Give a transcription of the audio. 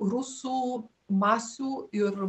rusų masių ir